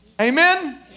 Amen